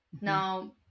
Now